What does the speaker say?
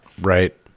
right